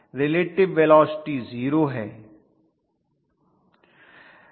relative velocity zero है